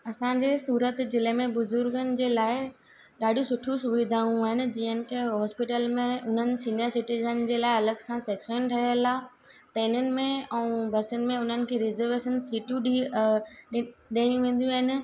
असांजे सूरत जिले में बुजुर्गनि जे लाइ ॾाढियूं सुठियूं सुविधाऊं आहिनि जीअं की हॉस्पिटल में हुननि सीनियर सिटीजन जे लाइ अलॻि सां सैक्शन ठहियलु आहे ट्रेनिनि में ऐं बसियुनि में हुननि खे रिजर्वेशन सीटियूं ॾे अ ॾेई वेंदियूं आहिनि